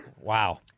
Wow